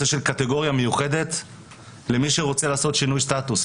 של קטגוריה מיוחדת למי שרוצה לעשות שינוי סטטוס,